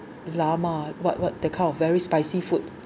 lama what what the kind of very spicy food